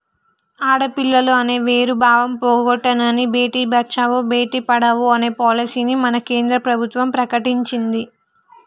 ఆడపిల్లలు అనే వేరు భావం పోగొట్టనని భేటీ బచావో బేటి పడావో అనే పాలసీని మన కేంద్ర ప్రభుత్వం ప్రకటించింది